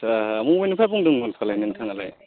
बबेनिफ्राय बुंदोंमोनफालाय नोंथाङालाय